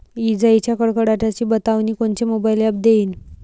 इजाइच्या कडकडाटाची बतावनी कोनचे मोबाईल ॲप देईन?